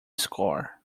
score